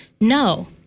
No